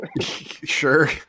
Sure